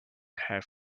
have